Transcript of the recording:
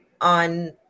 on